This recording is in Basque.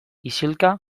isilka